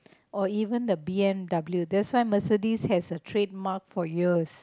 or even the B_M_W that's why Mercedes has the trademark for years